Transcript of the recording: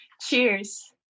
cheers